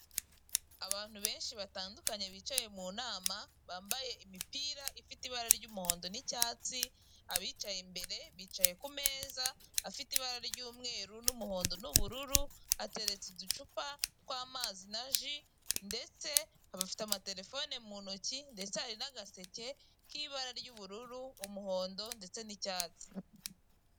Abantu beshi batandukanye bicaye mu nama, bambaye imipira ifite ibara ry'umuhondo n'icyatsi, abicaye imbere, bicaye ku meza afite ibara ry'umweru n'umuhondo n'ubururu, hateretse uducupa tw'amazi na ji, ndetse bafite amatelefone mu ntoki, ndetse hari n'agaseke k'ibara ry'ubururu, umuhondo, ndetse n'icyatsi.